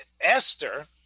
Esther